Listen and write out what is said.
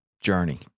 journey